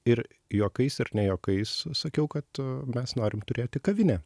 ir juokais ir ne juokais sakiau kad mes norim turėti kavinę